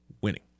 winning